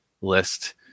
list